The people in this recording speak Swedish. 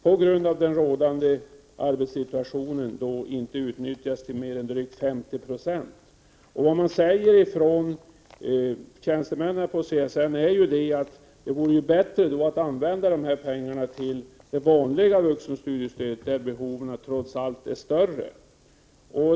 På grund av den rådande arbetssituationen utnyttjas detta stöd inte till mer än drygt 50 96. Tjänstemännen på CSN säger att det vore bättre att använda pengarna till det vanliga vuxenstudiestödet, där behoven trots allt är större.